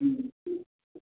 ꯎꯝ